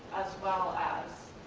as well as